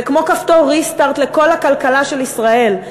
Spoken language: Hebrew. זה כמו כפתור restart לכל הכלכלה של ישראל,